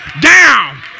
down